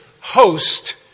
host